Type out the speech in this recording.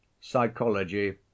psychology